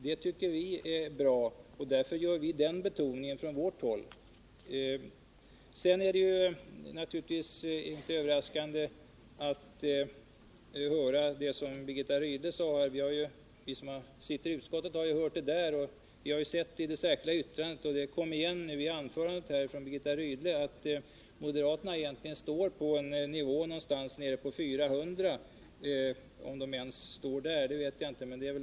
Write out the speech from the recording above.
Det tycker vi är bra, och därför gör vi från vårt håll den betoningen. Det Birgitta Rydle sade från talarstolen var inte överraskande. Vi som sitter i utskottet har hört det där. Vi har också i det särskilda yttrandet sett — och det kom igen i Birgitta Rydles anförande — att moderaterna egentligen vill att nivån skall ligga på omkring 400, om ens det.